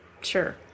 Sure